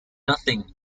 nothing